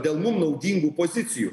dėl mum naudingų pozicijų